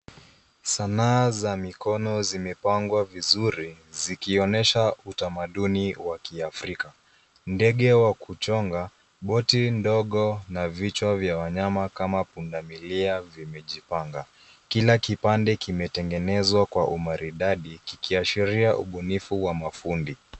Sanaa za mikino zimepangwa vizuri zikionesha utamaduni wa kiafrika. Ndege wa kuchonga, boti ndogo na vichwa vya wanyama kama pundamilia vimejipanga. Kila kipande kimetengenezwa kwa umaridadi kikiashiria ubunifu wa mafundi.